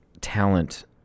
talent